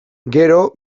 gero